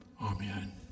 Amen